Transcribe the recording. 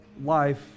life